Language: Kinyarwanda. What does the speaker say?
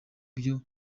byo